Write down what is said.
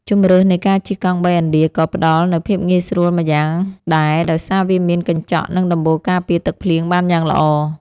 ជម្រើសនៃការជិះកង់បីឥណ្ឌាក៏ផ្តល់នូវភាពងាយស្រួលម្យ៉ាងដែរដោយសារវាមានកញ្ចក់និងដំបូលការពារទឹកភ្លៀងបានយ៉ាងល្អ។